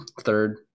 third